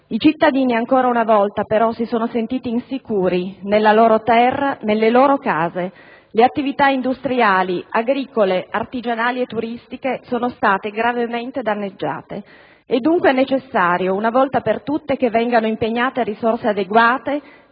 I cittadini ancora una volta, però, si sono sentiti insicuri nella loro terra, nelle loro case. Le attività industriali, agricole, artigianali e turistiche sono state gravemente danneggiate. È dunque necessario, una volta per tutte, che vengano impegnate risorse adeguate